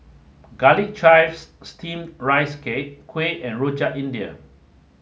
Garlic Chives Steamed Rice Cake Kuih and Rojak India